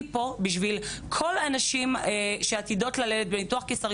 אני פה בשביל כל הנשים שעתידות ללדת בניתוח קיסרי